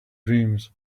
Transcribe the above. dreams